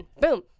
boom